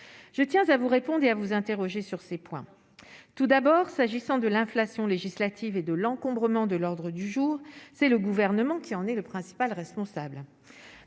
je tiens à vous répondez à vous interroger sur ces points, tout d'abord s'agissant de l'inflation législative et de l'encombrement de l'ordre du jour, c'est le gouvernement qui en est le principal responsable,